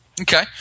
Okay